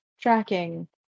tracking